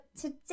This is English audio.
today